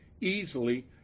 easily